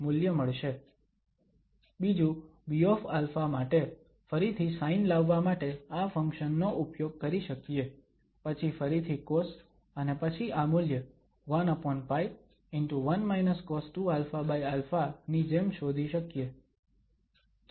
બીજું Bα માટે ફરીથી સાઇન લાવવા માટે આ ફંક્શન નો ઉપયોગ કરી શકીએ પછી ફરીથી કોસ અને પછી આ મૂલ્ય 1π ✕ 1 cos2αα ની જેમ શોધી શકીએ